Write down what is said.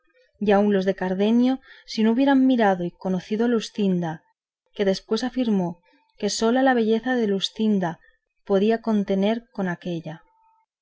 aun los de cardenio si no hubieran mirado y conocido a luscinda que después afirmó que sola la belleza de luscinda podía contender con aquélla